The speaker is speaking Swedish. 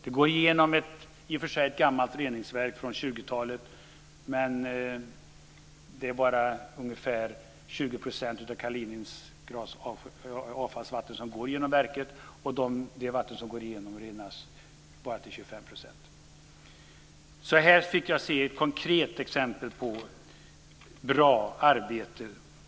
Det finns i och för sig ett gammalt reningsverk från 20 talet, men bara ungefär 20 % av Kaliningrads avfallsvatten går igenom verket och det vattnet renas bara till 25 %. Här fick jag alltså se ett konkret exempel på bra arbete.